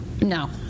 no